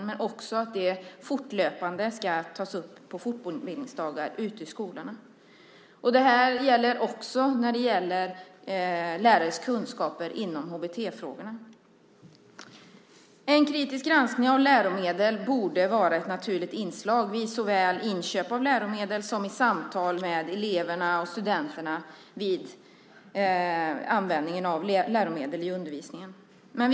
Vi menar också att de fortlöpande ska tas upp på fortbildningsdagar ute i skolorna. Det gäller också lärarnas kunskaper i HBT-frågor. En kritisk granskning av läromedel borde vara ett naturligt inslag såväl vid inköp av läromedel som vid samtal med eleverna och studenterna när man använder läromedlen i undervisningen.